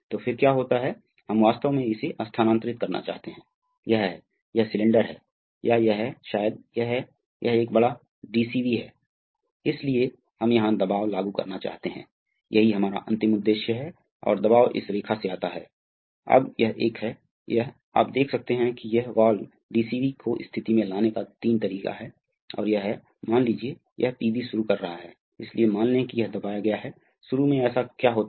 तो क्या होता है कि मेरा मतलब है कि मूल रूप से उसके लिए है जब हमें उच्च पंप दबाव की आवश्यकता होगी अगर हम एक लोड ड्राइव करना चाहते हैं जिसके लिए समान बल की आवश्यकता होती है तो रीजनरेशन सर्किट में हमें उच्च दबाव की आवश्यकता होती है अतः मूल रूप से हम प्रवाह के साथ दबाव का ट्रेडिंग कर रहे हैं हम हैं हम एक निश्चित गति प्राप्त करने के लिए धीमी प्रवाह दर पंप का उपयोग कर सकते हैं